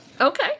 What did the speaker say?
okay